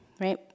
right